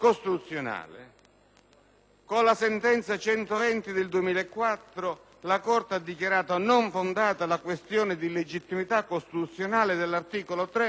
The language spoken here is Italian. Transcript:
con la sentenza n. 120 del 2004, ha dichiarato non fondata la questione di legittimità costituzionale dell'articolo 3,